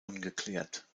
ungeklärt